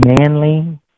manly